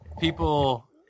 people